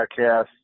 Podcast